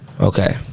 Okay